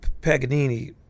Paganini